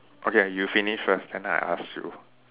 okay you finish first then I ask you